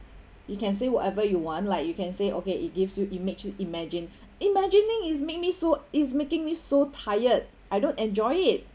you can say whatever you want like you can say okay it gives you it makes you imagine imagining it makes me so it's making me so tired I don't enjoy it